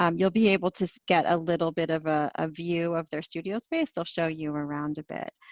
um you'll be able to get a little bit of ah a view of their studio space, they'll show you around a bit